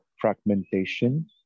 fragmentation